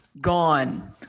gone